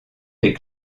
des